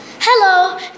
Hello